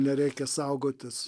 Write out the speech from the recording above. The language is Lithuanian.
nereikia saugotis